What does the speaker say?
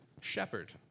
shepherd